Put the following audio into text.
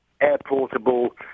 air-portable